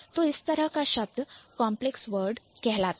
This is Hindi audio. तो इस तरह का शब्द Complex Word कॉन्प्लेक्स वर्ड कहलाता है